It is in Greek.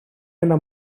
ένα